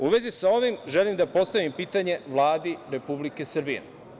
U vezi sa ovim, želim da postavim pitanje Vladi Republike Srbije.